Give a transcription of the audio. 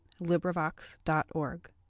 LibriVox.org